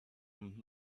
him